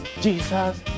Jesus